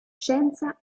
scienza